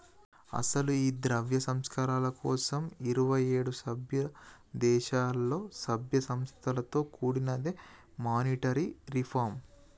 అసలు ఈ ద్రవ్య సంస్కరణల కోసం ఇరువైఏడు సభ్య దేశాలలో సభ్య సంస్థలతో కూడినదే మానిటరీ రిఫార్మ్